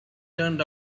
turned